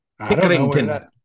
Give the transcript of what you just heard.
pickerington